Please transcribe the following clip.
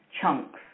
chunks